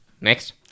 Next